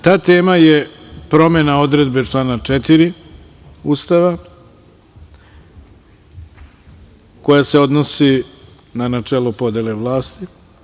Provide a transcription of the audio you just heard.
Ta tema je promena odredbe člana 4. Ustava, koja se odnosi na načelo podele vlasti.